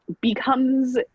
becomes